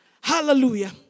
Hallelujah